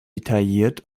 detailliert